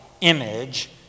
image